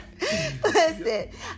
Listen